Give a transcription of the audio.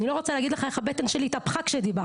אני לא רוצה להגיד לך איך הבטן שלי התהפכה כשדיברת